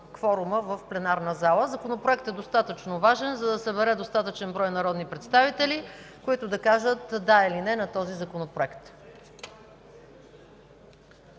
в пленарната зала. Законопроектът е достатъчно важен, за да събере достатъчен брой народни представители, които да кажат „да” или „не” на този Законопроект.